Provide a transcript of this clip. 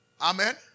Amen